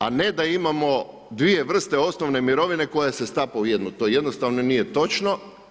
A ne da imamo dvije vrste osnovne mirovine koja se stapa u jednu, to jednostavno nije točno.